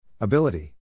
Ability